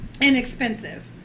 inexpensive